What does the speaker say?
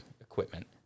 equipment